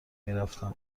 میرفتم